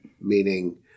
Meaning